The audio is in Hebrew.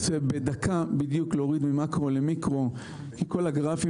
אני רוצה בדקה בדיוק להוריד ממקרו למיקרו כי כל הגרפים